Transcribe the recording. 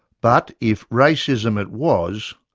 but if racism it was,